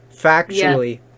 factually